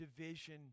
division